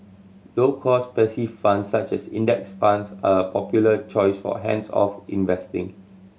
low cost passive funds such as Index Funds are popular choice for hands off investing